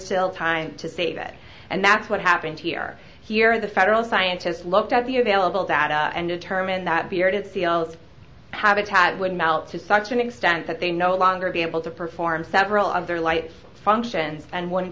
still time to save it and that's what happened here here in the federal scientists looked at the available data and determined that bearded seals habitat would melt to such an extent that they no longer be able to perform several of their light functions and wo